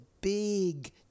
big